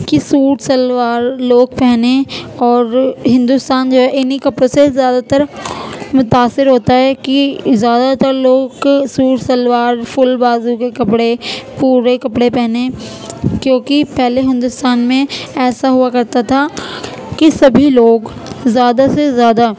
کہ سوٹ شلوار لوگ پہنیں اور ہندوستان جو ہے انہی کپڑوں سے زیادہ تر متاثر ہوتا ہے کہ زیادہ تر لوگ سوٹ شلوار فل بازو کے کپڑے پورے کپڑے پہنیں کیونکہ پہلے ہندوستان میں ایسا ہوا کرتا تھا کہ سبھی لوگ زیادہ سے زیادہ